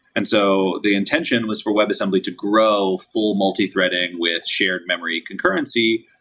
and so the intention was for webassembly to grow full multithreading with shared memory concurrency,